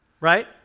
right